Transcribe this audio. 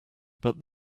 but